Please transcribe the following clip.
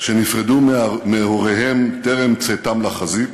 שנפרדו מהוריהם טרם צאתם לחזית